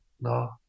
no